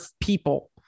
people